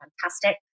fantastic